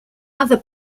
other